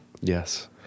yes